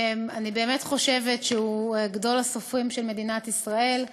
אני באמת חושבת שהוא גדול הסופרים של מדינת ישראל.